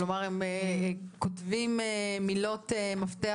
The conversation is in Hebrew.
כלומר הם כותבים מילות מפתח,